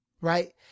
right